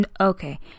Okay